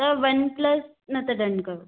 one plus न त डन कयो